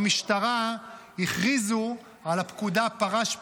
במשטרה הכריזו על הפקודה "פרש פלשת",